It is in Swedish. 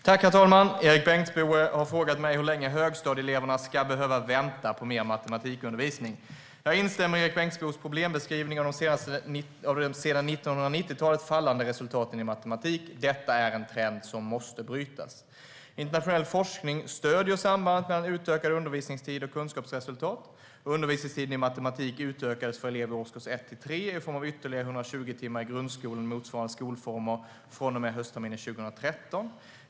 Herr talman! Erik Bengtzboe har frågat mig hur länge högstadieeleverna ska behöva vänta på mer matematikundervisning. Jag instämmer i Erik Bengtzboes problembeskrivning av de sedan 1990-talet fallande resultaten i matematik. Det är en trend som måste brytas. Internationell forskning stöder sambandet mellan utökad undervisningstid och kunskapsresultat. Undervisningstiden i matematik utökades för elever i årskurs 1-3 i form av ytterligare 120 timmar i grundskolan och motsvarande skolformer från och med höstterminen 2013.